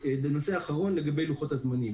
נושא אחרון הוא לוחות הזמנים.